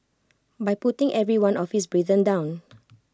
by putting every one of his brethren down